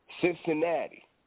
Cincinnati